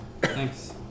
Thanks